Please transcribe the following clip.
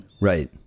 Right